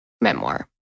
memoir